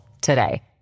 today